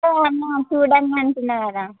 చూడండంటున్నా కదా